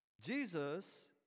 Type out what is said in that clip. Jesus